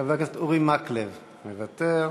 חבר הכנסת אורי מקלב, מוותר.